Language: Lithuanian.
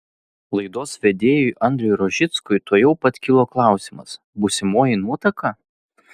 laidos vedėjui andriui rožickui tuojau pat kilo klausimas būsimoji nuotaka